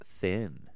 thin